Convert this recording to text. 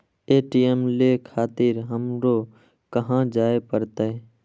ATM ले खातिर हमरो कहाँ जाए परतें?